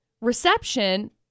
reception